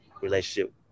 relationship